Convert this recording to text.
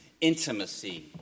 intimacy